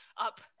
up